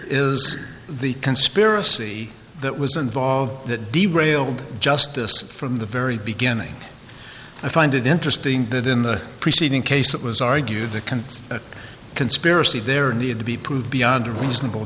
is the conspiracy that was involved that de railed justice from the very beginning i find it interesting that in the preceding case it was argued the kind of conspiracy there needed to be proved beyond a reasonable